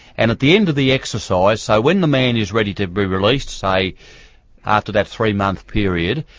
and at the end of the exercise so when the man is ready to be released, say after that three month period,